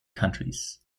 countries